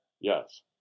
Yes